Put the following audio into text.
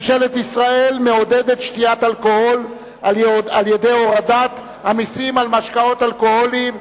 עידוד שתיית אלכוהול על-ידי הורדת המסים על משקאות אלכוהוליים.